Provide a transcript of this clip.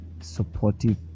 supportive